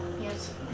Yes